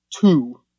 two